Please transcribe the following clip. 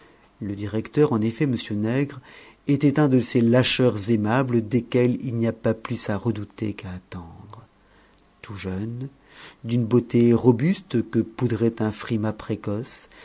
le directeur en effet m nègre était un de ces lâcheurs aimables desquels il n'y a pas plus à redouter qu'à attendre tout jeune d'une beauté robuste que poudrait un frimas précoce